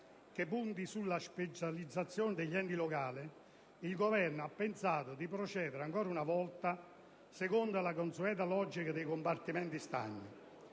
che punti sulla specializzazione degli enti locali, il Governo ha pensato di procedere ancora una volta secondo la consueta logica dei compartimenti stagni,